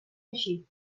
eixir